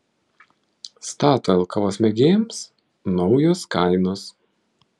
statoil kavos mėgėjams naujos kainos